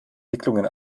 wicklungen